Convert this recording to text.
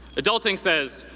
adulting says,